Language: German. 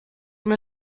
mir